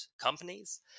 companies